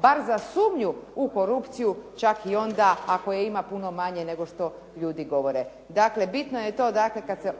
bar za sumnju u korupciju, čak i onda ako je ima puno manje nego što ljudi govore. Dakle, bitno je to kada se